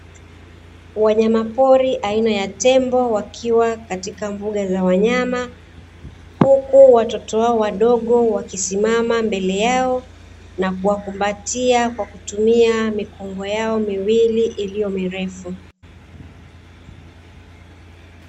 Wanyamapori aina ya tembo wakiwa katika mbuga za wanyama, huku watoto wao wadogo wakisimama mbele yao na kuwakumbatia kwa kutumia mikonga yao miwili iliyo mirefu.